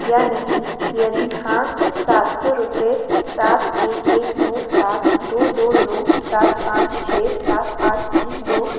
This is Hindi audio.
या नहीं और यदि हाँ तो सात सौ रुपये सात एक एक नौ सात दो दो नौ सात पाँच छः सात आठ तीन दो